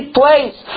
place